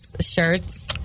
shirts